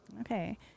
Okay